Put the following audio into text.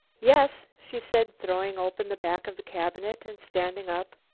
yes, she said, throwing open the back of the cabinet and standing up,